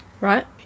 right